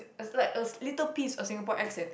a like a little piece of Singapore accent